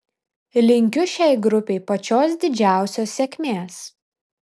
linkiu šiai grupei pačios didžiausios sėkmės